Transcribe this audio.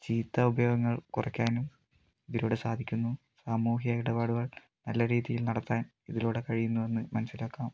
ചീത്ത ഉപയോഗങ്ങൾ കുറക്കാനും ഇതിലൂടെ സാധിക്കുന്നു സാമൂഹിക ഇടപാടുകൾ നല്ല രീതിയിൽ നടത്താൻ ഇതിലൂടെ കഴിയുന്നു എന്ന് മനസ്സിലാക്കാം